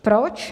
Proč?